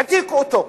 והעתיקו אותו,